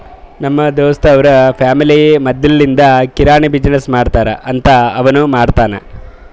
ನಮ್ ದೋಸ್ತ್ ಅವ್ರ ಫ್ಯಾಮಿಲಿ ಮದ್ಲಿಂದ್ ಕಿರಾಣಿ ಬಿಸಿನ್ನೆಸ್ ಮಾಡ್ತಾರ್ ಅಂತ್ ಅವನೂ ಮಾಡ್ತಾನ್